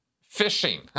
fishing